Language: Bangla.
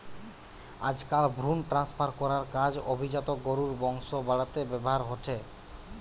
আজকাল ভ্রুন ট্রান্সফার করার কাজ অভিজাত গরুর বংশ বাড়াতে ব্যাভার হয়ঠে